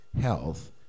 health